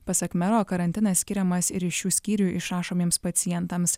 pasak mero karantinas skiriamas ir iš šių skyrių išrašomiems pacientams